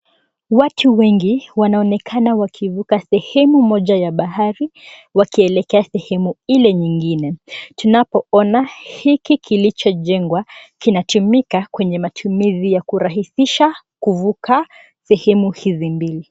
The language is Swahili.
Watu wengi wanaonekana wakivuka sehemu moja ya bahari wakielekea ile sehemu nyingine. Tunapoona hiki kilicho jengwa kinatumika kwenye matumizi ya kurahisisha kuvuka sehemi hizi mbili.